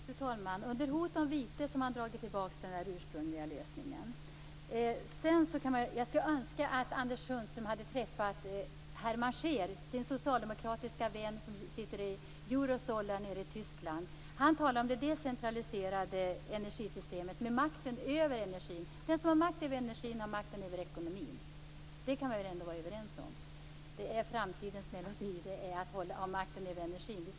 Fru talman! Under hot om vite har Svenska Kraftnät dragit tillbaka den ursprungliga lösningen. Jag önskar att Anders Sundström hade träffat socialdemokraten Hermann Scheer, som sitter med i Eurosolar i Tyskland. Han talar om det decentraliserade energisystemet, med makten över energin. Den som har makt över energin har makten över ekonomin. Det kan vi väl vara överens om. Det är framtidens melodi att ha makten över energin.